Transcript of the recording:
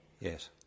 Yes